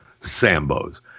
sambos